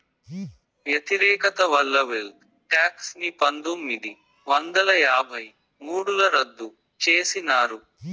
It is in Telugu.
వ్యతిరేకత వల్ల వెల్త్ టాక్స్ ని పందొమ్మిది వందల యాభై మూడుల రద్దు చేసినారు